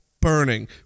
burning